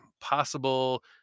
possible